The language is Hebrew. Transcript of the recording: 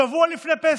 שבוע לפני פסח.